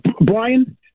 Brian